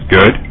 Good